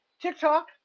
TikTok